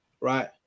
right